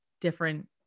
different